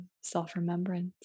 self-remembrance